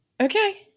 Okay